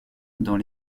dans